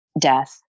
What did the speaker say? death